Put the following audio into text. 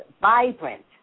vibrant